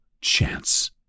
chance